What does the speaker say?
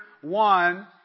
one